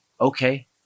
okay